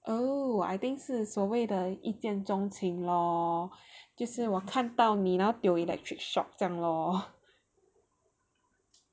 oh I think 是所谓的一见钟情 lor 就是我看到你那 tio electric shock 这样 lor